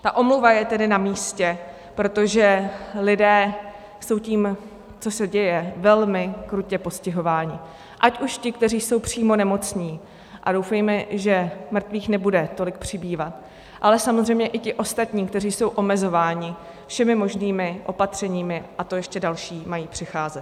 Ta omluva je tedy namístě, protože lidé jsou tím, co se děje, velmi krutě postihováni, ať už ti, kteří jsou přímo nemocní, a doufejme, že mrtvých nebude tolik přibývat, ale samozřejmě i ti ostatní, kteří jsou omezováni všemi možnými opatřeními, a to ještě další mají přicházet.